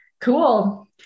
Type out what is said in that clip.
Cool